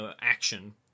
action